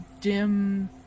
dim